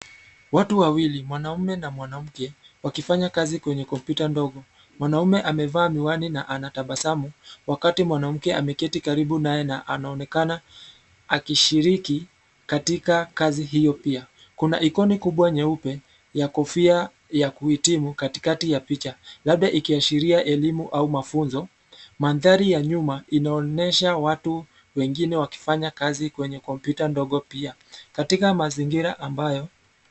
Watu wawili, mwanaume na mwanamke wakifanya kazi kwa kompyuta ndogo. Mwanaume amevaa miwani na anatabasamu wakati mwanamke ameketi karibu naye na anaonekana akishiriki katika kazi hio pia. Kuna ikoni kubwa nyeupe ya kofia ya kuhitimu katikati ya picha labda ikiashiria elimu au mafunzo. Mandhari ya nyuma inaonyesha watu wengine wakifanya kazi kwenye kompyuta ndogo pia katika mazingira.